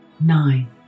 nine